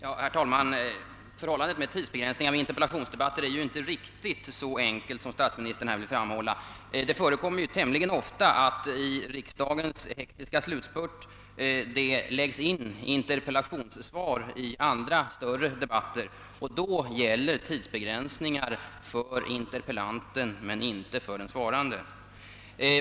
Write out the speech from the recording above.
Herr talman! Förhållandet med tidsbegränsning vid interpellationsdebatter är inte riktigt så enkelt som statsministern vill göra gällande. Det förekommer tämligen ofta i riksdagens hektiska slutspurt att det läggs in interpellationssvar i andra större debatter, och då gäller tidsbegränsning för interpellanten men inte för den svarande.